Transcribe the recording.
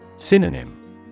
Synonym